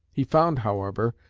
he found, however,